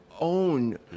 own